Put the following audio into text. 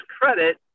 credit